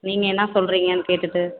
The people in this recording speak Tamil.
நீங்கள் என்ன சொல்கிறீங்கனு கேட்டுட்டு